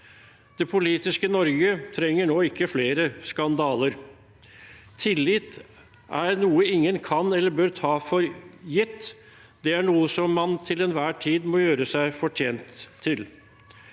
Det politiske Norge trenger ikke flere skandaler nå. Tillit er noe ingen kan eller bør ta for gitt, det er noe man til enhver tid må gjøre seg fortjent til.